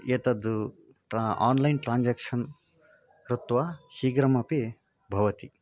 एतद् ट्रा online transaction कृत्वा शीघ्रमपि भवति